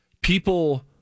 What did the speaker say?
people